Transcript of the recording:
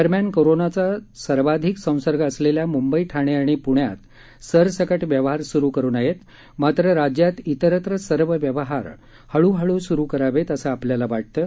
दरम्यान कोरोनाचा सर्वाधिक संसर्ग असलेल्या म्ंबई ठाणे आणि प्ण्यात सरसकट व्यवहार सूरु करू नयेत मात्र राज्यात इतरत्र सर्व व्यवहार हळूहळू स्रु करावेत असं आपल्याला वाटतं